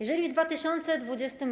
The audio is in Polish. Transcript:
Jeżeli w roku 2020,